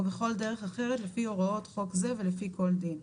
או בכל דרך אחרת לפי הוראות חוק זה ולפי כל דין.